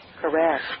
Correct